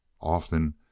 Often